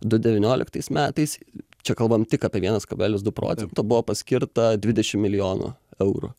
du devynioliktais metais čia kalbam tik apie vienas kablelis du procento buvo paskirta dvidešimt milijonų eurų